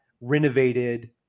renovated